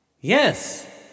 Yes